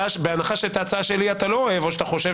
בהנחה שאת ההצעה שלי אתה לא אוהב או שאתה חושב